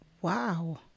Wow